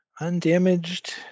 Undamaged